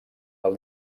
del